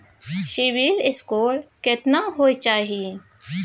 CIBIL score केतना होय चाही?